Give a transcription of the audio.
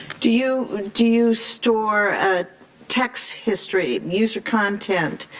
do you do you store tech's history, user content,